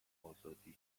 آزادی